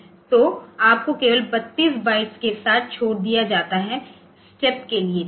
तो आपको केवल 32 बाइट्स के साथ छोड़ दिया जाता हैस्टेप के लिए ठीक है